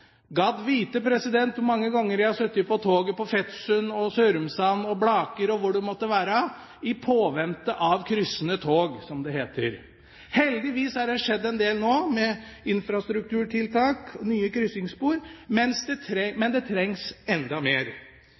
Gad vite hvor mange ganger jeg har sittet på toget på Fetsund, Sørumsand og Blaker og hvor det måtte være i påvente av kryssende tog, som det heter. Heldigvis har det nå skjedd en del med infrastrukturtiltak når det gjelder nye krysningsspor. Men det trengs enda mer.